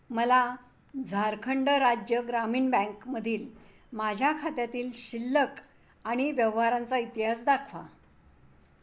मला झारखंड राज्य ग्रामीण बँकमधील माझ्या खात्यातील शिल्लक आणि व्यवहारांचा इतिहास दाखवा